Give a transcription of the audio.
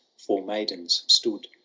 four maidens stood,